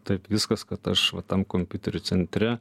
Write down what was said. taip viskas kad aš va tam kompiuterių centre